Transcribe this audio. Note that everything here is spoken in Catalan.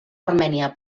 armènia